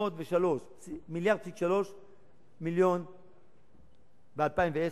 ו-3 מיליון ב-2010.